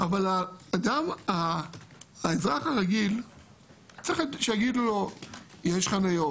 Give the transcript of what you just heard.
אבל האזרח הרגיל צריך שיגידו לו אם יש חניות,